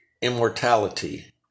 immortality